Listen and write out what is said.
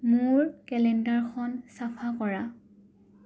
মোৰ কেলেণ্ডাৰখন চাফা কৰা